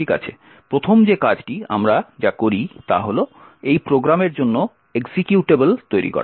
ঠিক আছে প্রথম যে কাজটি আমরা যা করি তা হল এই প্রোগ্রামের জন্য এক্সিকিউটেবল তৈরি করা